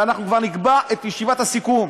וכבר נקבע את ישיבת הסיכום.